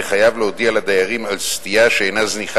יהיה חייב להודיע לדיירים על סטייה שאינה זניחה